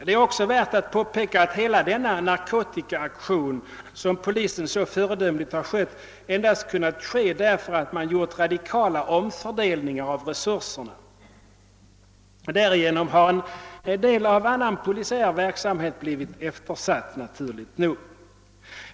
Det är också värt att påpeka att hela denna narkotikaaktion, som polisen skött så föredömligt, endast kunnat ske genom radikala omfördelningar av resurserna. Därigenom har naturligt nog en del annan polisiär verksamhet blivit eftersatt.